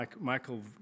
Michael